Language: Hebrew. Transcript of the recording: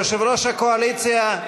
יושב-ראש הקואליציה,